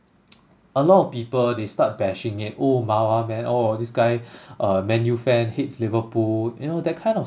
a lot of people they start bashing it oh MAWA man oh this guy uh man_U fan hates liverpool you know that kind of